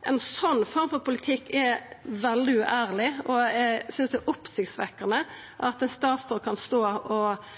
sånn form for politikk er veldig uærleg, og eg synest det er oppsiktsvekkjande at ein statsråd kan stå og